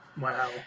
wow